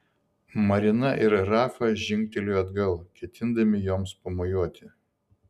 marina ir rafa žingtelėjo atgal ketindami joms pamojuoti